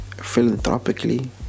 Philanthropically